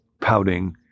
pouting